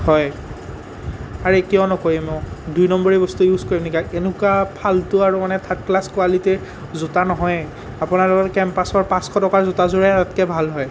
হয় আৰে কিয় নকৰিম অ' দুই নম্বৰী বস্তু ইউজ কৰিম নেকি আৰু এনেকুৱা ফাল্টু আৰু মানে থাৰ্ড ক্লাছ কোৱালিটিৰ জোতা নহয়েই আপোনালোকৰ কেম্পাছৰ পাঁচশ টকাৰ জোতাযোৰে তাতকৈ ভাল হয়